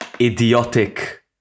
idiotic